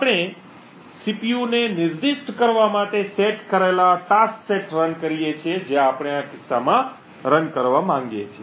આપણે સીપીયુને નિર્દિષ્ટ કરવા માટે સેટ કરેલા કાર્યો રન કરીએ છીએ જે આપણે આ કિસ્સામાં રન કરવા માંગીએ છીએ